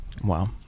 Wow